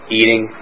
eating